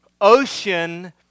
ocean